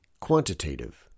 quantitative